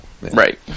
Right